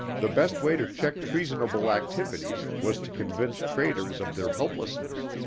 the best way to check treasonable activities was to convince traitors of their helplessness.